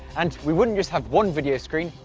and we wouldn't just have one video screen,